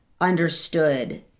understood